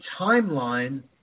timeline